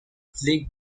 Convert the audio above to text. flick